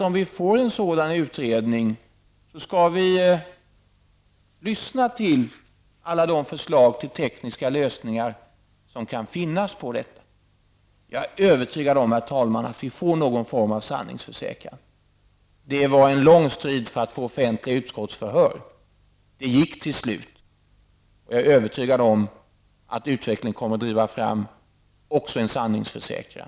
Om vi får en sådan utredning skall vi lyssna till alla de förslag till tekniska lösningar som kan finnas på detta. Herr talman! Jag är övertygad om att vi får någon form av sanningsförsäkran. Det var en lång strid för att få offentliga utskottsförhör, men det gick till slut. Jag är övertygad om att utvecklingen på litet sikt kommer att driva fram också en sanningsförsäkran.